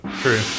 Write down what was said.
True